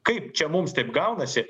kaip čia mums taip gaunasi